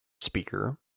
speaker